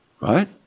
right